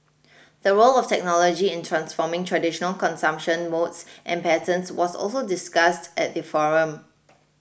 the role of technology in transforming traditional consumption modes and patterns was also discussed at the forum